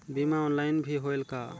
बीमा ऑनलाइन भी होयल का?